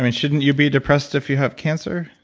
and shouldn't you be depressed if you have cancer?